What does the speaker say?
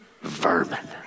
Vermin